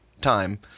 time